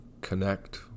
connect